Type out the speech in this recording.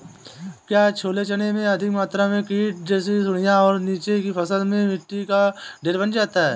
क्या छोले चने में अधिक मात्रा में कीट जैसी सुड़ियां और नीचे की फसल में मिट्टी का ढेर बन जाता है?